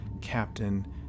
captain